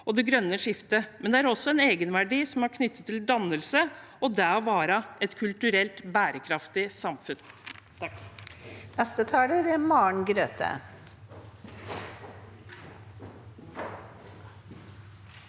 det grønne skiftet, men det har også en egenverdi som er knyttet til dannelse og det å være et kulturelt bærekraftig samfunn.